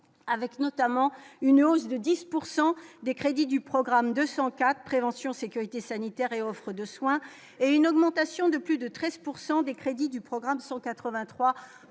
avec notamment une hausse de 10 pourcent des crédits du programme 204 prévention sécurité sanitaire et offre de soins et une augmentation de plus de 13 pourcent des crédits du programme 183